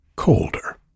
Colder